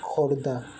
Khordha